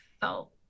felt